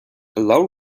allow